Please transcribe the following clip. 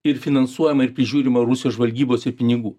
ir finansuojama ir prižiūrima rusijos žvalgybos ir pinigų